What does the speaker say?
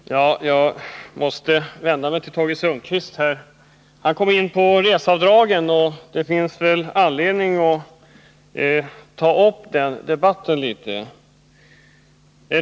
Herr talman! Jag måste vända mig till Tage Sundkvist. Han kom in på reseavdragen, och det finns väl anledning att något beröra den saken.